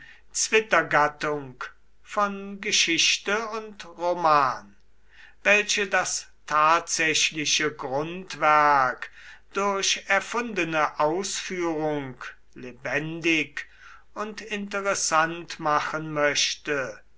zwittergattung von geschichte und roman welche das tatsächliche grundwerk durch erfundene ausführung lebendig und interessant machen möchte